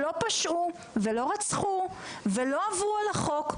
שלא פשעו ולא רצחו ולא עברו על החוק,